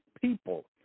people